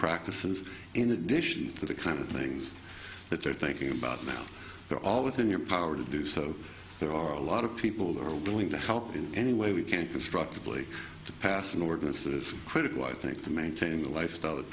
practices in addition to the kinds of things that they're thinking about now they're all within your power to do so there are a lot of people that are willing to help in any way we can constructively to pass an ordinance that is critical i think to maintain the lifestyle